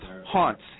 haunts